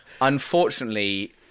unfortunately